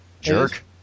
Jerk